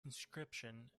conscription